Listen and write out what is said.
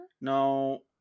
no